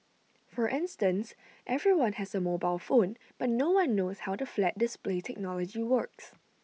for instance everyone has A mobile phone but no one knows how the flat display technology works